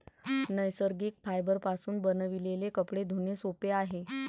नैसर्गिक फायबरपासून बनविलेले कपडे धुणे सोपे आहे